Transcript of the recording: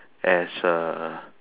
as a